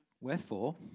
Wherefore